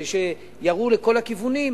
שירו לכל הכיוונים.